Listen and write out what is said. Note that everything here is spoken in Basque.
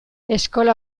eskola